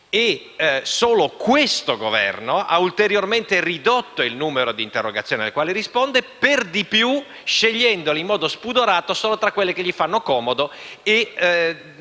e solo questo Governo ha ulteriormente ridotto il numero di interrogazioni alle quali risponde, per di più scegliendole in modo spudorato solo tra quelle che gli fanno comodo.